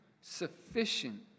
sufficient